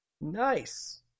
Nice